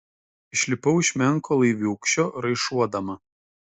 išlipau iš menko laiviūkščio raišuodama